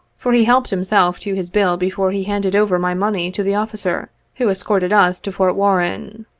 for he helped himself to his bill before he handed over my money to the officer who escorted us to fort warren.